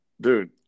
dude